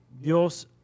Dios